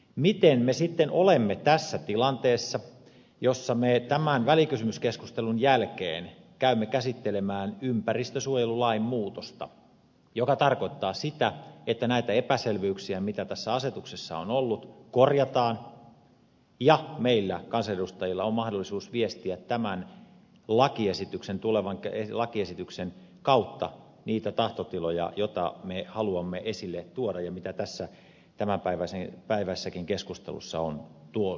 miten me sitten olemme tässä tilanteessa jossa me tämän välikysymyskeskustelun jälkeen käymme käsittelemään ympäristönsuojelulain muutosta mikä tarkoittaa sitä että näitä epäselvyyksiä mitä tässä asetuksessa on ollut korjataan ja meillä kansanedustajilla on mahdollisuus viestiä tämän tulevan lakiesityksen kautta niitä tahtotiloja joita me haluamme esille tuoda ja mitä tässä tämänpäiväisessäkin keskustelussa on tuotu esille